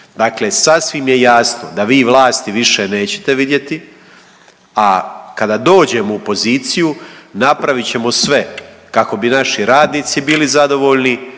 Dakle, sasvim je jasno da vi vlasti više nećete vidjeti. A kada dođemo u poziciju napravit ćemo sve kako bi naši radnici bili zadovoljni,